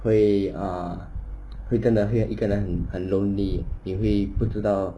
会 ah 会真的会一个人很 lonely 你会不知道